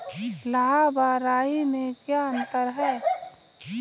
लाह व राई में क्या अंतर है?